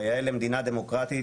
כיאה למדינה דמוקרטית,